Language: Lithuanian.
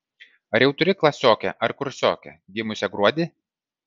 ar jau turi klasiokę ar kursiokę gimusią gruodį